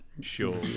Sure